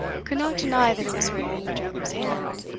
could not deny that it was written in the general's hand,